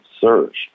search